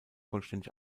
vollständig